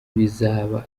bizaba